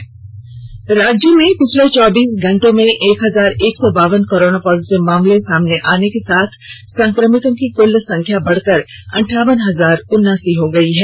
Jharkhand corona राज्य में पिछले चौबीस घंटे में एक हजार एक सौ बावन कोरोना पॉजिटिव मामले सामने आने के साथ संक्रमितों की कुल संख्या बढ़कर अंठावन हजार उन्नासी हो गई है